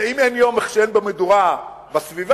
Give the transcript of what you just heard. ואם יש יום שאין מדורה בסביבה,